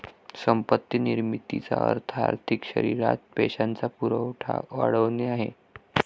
संपत्ती निर्मितीचा अर्थ आर्थिक शरीरात पैशाचा पुरवठा वाढवणे आहे